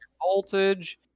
Voltage